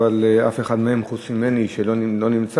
אבל אף אחד מהם חוץ ממני לא נמצא,